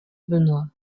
benoît